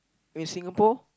if is Singapore